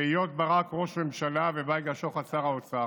בהיות ברק ראש ממשלה ובייגה שוחט שר האוצר,